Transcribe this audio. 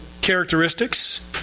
characteristics